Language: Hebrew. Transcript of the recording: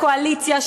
קואליציה,